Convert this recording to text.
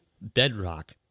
bedrock